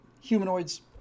humanoids